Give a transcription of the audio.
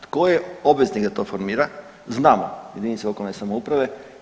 Tko je obveznik da to formirao znamo, jedinice lokalne samouprave.